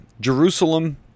Jerusalem